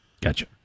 Gotcha